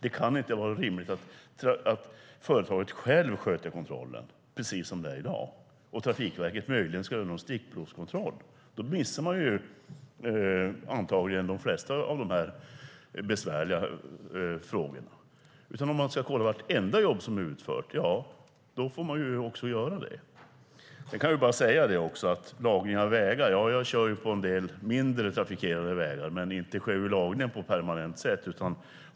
Det kan inte vara rimligt att företaget självt sköter kontrollen, som det är i dag, och Trafikverket möjligen gör någon stickprovskontroll. Då missar man antagligen de flesta av de här besvärliga frågorna. Om man ska kolla vartenda jobb som är utfört får man också göra det. Sedan kan jag också säga när det gäller lagning av vägar att jag kör på en del mindre trafikerade vägar, men lagningen sker inte på permanent sätt.